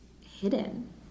hidden